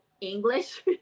English